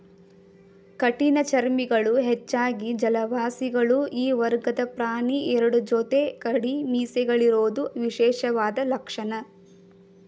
ಕಠಿಣಚರ್ಮಿಗಳು ಹೆಚ್ಚಾಗಿ ಜಲವಾಸಿಗಳು ಈ ವರ್ಗದ ಪ್ರಾಣಿ ಎರಡು ಜೊತೆ ಕುಡಿಮೀಸೆಗಳಿರೋದು ವಿಶೇಷವಾದ ಲಕ್ಷಣ